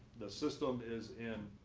the system is in